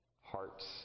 hearts